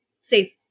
safe